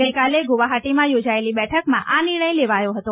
ગઈકાલે ગુવાહાટીમાં યોજાયેલી બેઠકમાં આ નિર્ણય લેવાયો હતો